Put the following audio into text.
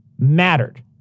mattered